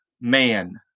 man